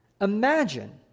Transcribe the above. Imagine